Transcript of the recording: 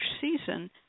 season